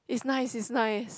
is nice is nice